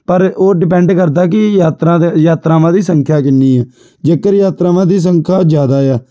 ਪਰ ਉਹ ਡਿਪੈਂਡ ਕਰਦਾ ਕਿ ਯਾਤਰਾ ਅਤੇ ਯਾਤਰਾਵਾਂ ਦੀ ਸੰਖਿਆ ਕਿੰਨੀ ਹੈ ਜੇਕਰ ਯਾਤਰਾਵਾਂ ਦੀ ਸੰਖਿਆ ਜ਼ਿਆਦਾ ਆ